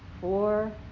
four